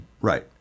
Right